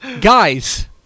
Guys